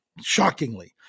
shockingly